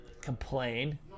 complain